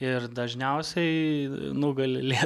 ir dažniausiai nugali